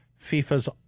FIFA's